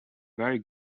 very